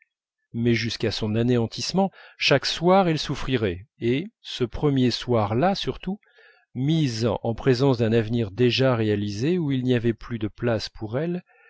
mais jusqu'à son anéantissement chaque soir elle souffrirait et ce premier soir-là surtout mise en présence d'un avenir déjà réalisé où il n'y avait plus de place pour elle